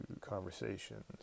conversations